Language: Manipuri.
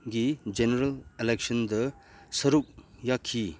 ꯒꯤ ꯖꯦꯅꯦꯔꯦꯜ ꯑꯦꯂꯦꯛꯁꯟꯗ ꯁꯔꯨꯛ ꯌꯥꯈꯤ